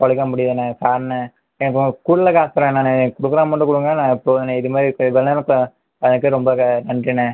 பழக முடியுதுண்ணே சாரிண்ணே எனக்கு கூடுதலாக காசு தர வேணாண்ணே ப்ரோக்ராம் மட்டும் கொடுங்க நான் இப்போ அதுக்கே ரொம்ப நன்றிண்ணே